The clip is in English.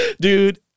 Dude